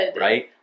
Right